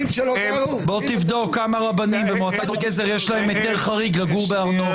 בוא תבדוק לכמה רבנים במועצה האזורית גזר יש היתר חריג לגור בהר נוף.